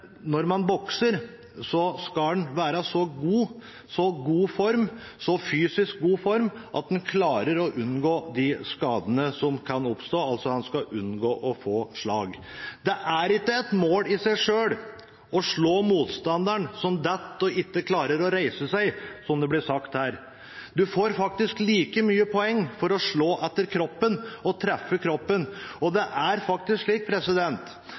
når man bokser, skal man være så god, og i så god fysisk form, at man klarer å unngå de skadene som kan oppstå – man skal unngå å få slag. Det er ikke et mål i seg selv å slå motstanderen som detter og ikke klarer å reise seg, som det ble sagt her. Du får faktisk like mange poeng for å treffe kroppen. De bokserne som får størst ære og respekt i miljøet, er